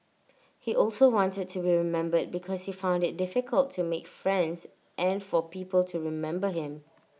he also wanted to be remembered because he found IT difficult to make friends and for people to remember him